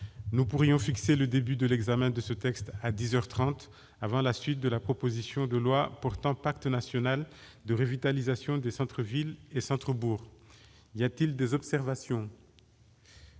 Nous pourrions fixer le début de l'examen de ce texte à dix heures trente, avant la suite de la proposition de loi portant pacte national de revitalisation des centres-villes et centres-bourgs. Y a-t-il des observations ?